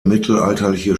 mittelalterliche